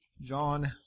John